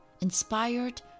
inspired